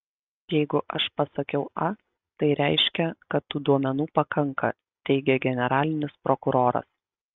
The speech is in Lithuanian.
jeigu aš pasakiau a tai reiškia kad tų duomenų pakanka teigė generalinis prokuroras